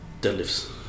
deadlifts